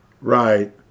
Right